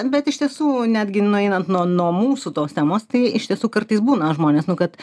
bet iš tiesų netgi nueinant nuo nuo mūsų tos temos tai iš tiesų kartais būna žmonės nu kad